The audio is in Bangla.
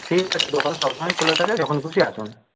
ঠিক আছে দোকান সবসময়ই খোলা থাকে যখন খুশি আসুন